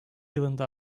yılında